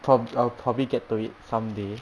prob~ I'll probably get to it someday